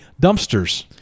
Dumpsters